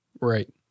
Right